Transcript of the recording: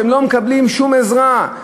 שלא מקבלים שום עזרה.